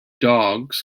dogs